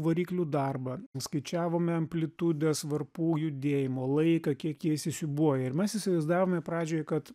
variklių darbą skaičiavome amplitudes varpų judėjimo laiką kiek jie įsisiūbuoja ir mes įsivaizdavome pradžioje kad